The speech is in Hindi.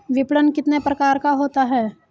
विपणन कितने प्रकार का होता है?